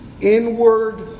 inward